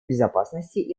безопасности